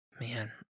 Man